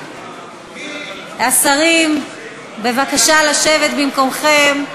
השרים, בבקשה לשבת במקומכם,